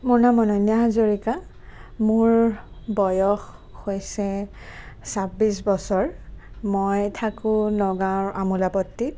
মোৰ নাম অনন্যা হাজৰিকা মোৰ বয়স হৈছে চাব্বিছ বছৰ মই থাকোঁ নগাঁৱৰ আমোলাপট্টিত